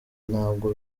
ntabwo